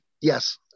yes